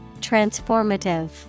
Transformative